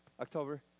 October